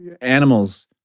animals